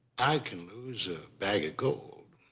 i can lose a bag of gold.